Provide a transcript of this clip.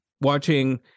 watching